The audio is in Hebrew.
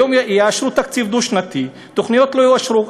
היום יאשרו תקציב דו-שנתי, תוכניות לא יאושרו.